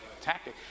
tactic